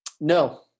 No